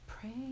Pray